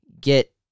get